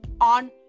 on